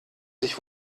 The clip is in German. sich